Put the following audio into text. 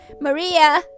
Maria